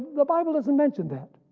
the bible doesn't mention that,